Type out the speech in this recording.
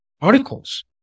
articles